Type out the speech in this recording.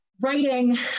writing